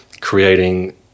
creating